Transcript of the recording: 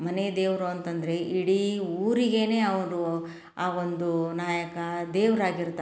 ಮನೆದೇವ್ರು ಅಂತಂದರೆ ಇಡೀ ಊರಿಗೇ ಅವ್ರು ಆ ಒಂದು ನಾಯಕ ದೇವ್ರು ಆಗಿರ್ತಾನೆ